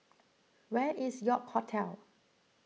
where is York Hotel